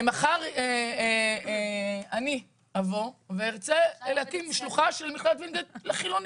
מחר אני אבוא וארצה להקים שלוחה של מכללת ווינגיט לחילונים,